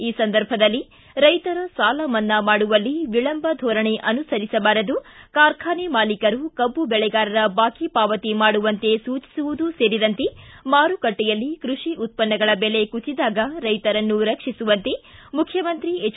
ಈ ಸಂದರ್ಭದಲ್ಲಿ ರೈತರ ಸಾಲ ಮನ್ನಾ ಮಾಡುವಲ್ಲಿ ವಿಳಂಬ ಧೋರಣೆ ಅನುಸರಿಸಬಾರದು ಕಾರ್ಖಾನೆ ಮಾಲಿಕರು ಕಬ್ಬು ಬೆಳೆಗಾರರ ಬಾಕಿ ಪಾವತಿ ಮಾಡುವಂತೆ ಸೂಚಿಸುವುದು ಸೇರಿದಂತೆ ಮಾರುಕಟ್ಟೆಯಲ್ಲಿ ಕೃಷಿ ಉತ್ಪನ್ನಗಳ ಬೆಲೆ ಕುಸಿದಾಗ ರೈತರನ್ನು ರಕ್ಷಿಸುವಂತೆ ಮುಖ್ಯಮಂತ್ರಿ ಎಚ್